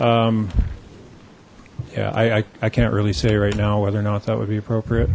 yeah i i can't really say right now whether or not that would be appropriate